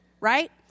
right